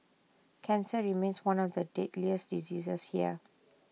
cancer remains one of the deadliest diseases here